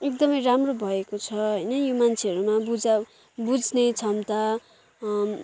एकदमै राम्रो भएको छ होइन यो मान्छेहरूमा बुझा बुझ्ने क्षमता